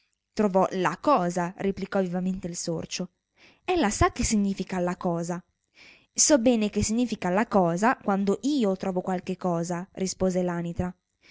trovò la cosa replicò vivamente il sorcio ella sa che significa la cosa sò bene che significa la cosa quando io trovo qualche cosa rispose l'anitra